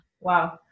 Wow